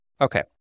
Okay